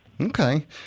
Okay